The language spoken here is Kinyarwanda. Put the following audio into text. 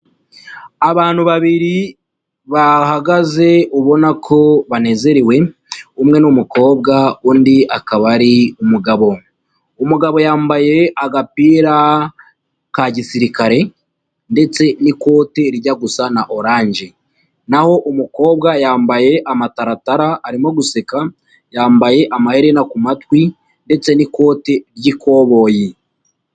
Abantu babiri bahagaze ubona ko banezerewe umwe n'umukobwa undi akaba ari umugabo, umugabo yambaye agapira ka gisirikare ndetse n'ikote rijya gusa na oranje, naho umukobwa yambaye amataratara arimo guseka yambaye amayerina ku matwi ndetse n'ikoti ry'ikoboyi.